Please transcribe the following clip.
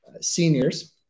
seniors